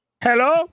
Hello